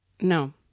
No